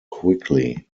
quickly